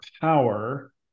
power